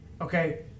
okay